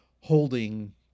holding